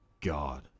god